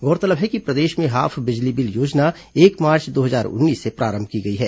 गौरतलब है कि प्रदेश में हाफ बिजली बिल योजना एक मार्च दो हजार उन्नीस से प्रारंभ की गई है